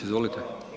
Izvolite.